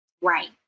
Right